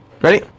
ready